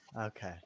okay